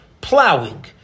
plowing